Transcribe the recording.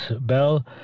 Bell